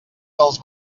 dels